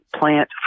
plant